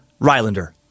Rylander